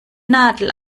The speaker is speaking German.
nadel